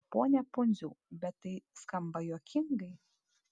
pone pundziau bet tai skamba juokingai